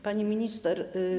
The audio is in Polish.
Pani Minister!